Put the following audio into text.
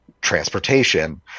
transportation